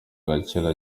agakira